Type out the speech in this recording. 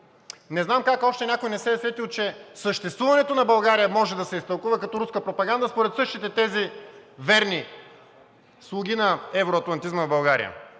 Не знам как още някой не се е сетил, че съществуването на България може да се изтълкува като руска пропаганда според същите тези верни слуги на евроатлантизма в България?!